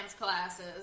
classes